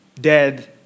dead